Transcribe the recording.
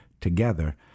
together